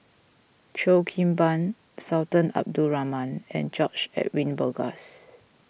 Cheo Kim Ban Sultan Abdul Rahman and George Edwin Bogaars